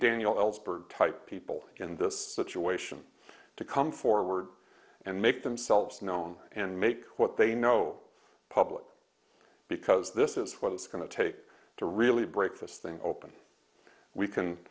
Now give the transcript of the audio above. daniel ellsberg type people in this situation to come forward and make themselves known and make what they know public because this is what it's going to take to really break this thing open we can